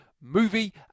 movie